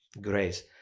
grace